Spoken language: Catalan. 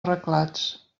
arreglats